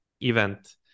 event